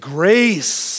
grace